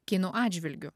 kinų atžvilgiu